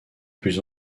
plus